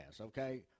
okay